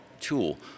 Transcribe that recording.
tool